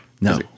No